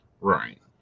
Right